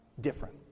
different